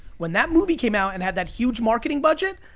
when that move came out and had that huge marketing budget,